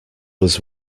was